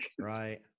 Right